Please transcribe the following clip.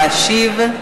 להשיב.